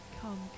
come